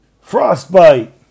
frostbite